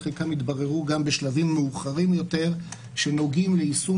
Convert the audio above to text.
וחלקם התבררו גם בשלבים מאוחרים יותר שנוגעים ליישום